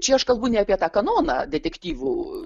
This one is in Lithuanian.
čia aš kalbu ne apie tą kanoną detektyvų